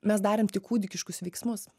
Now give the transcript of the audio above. mes darėm tik kūdikiškus veiksmus